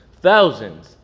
thousands